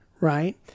Right